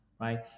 right